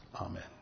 Amen